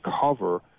cover